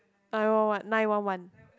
I know what nine one one